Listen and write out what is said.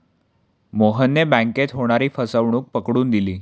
मोहनने बँकेत होणारी फसवणूक पकडून दिली